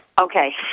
Okay